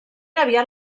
aviat